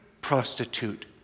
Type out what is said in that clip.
prostitute